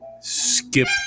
Skip